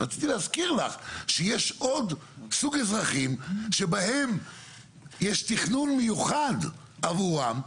רציתי להזכיר לך שיש עוד סוג אזרחים שבהם יש תכנון מיוחד עבורם,